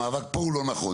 המאבק פה הוא לא נכון.